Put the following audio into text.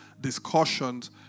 discussions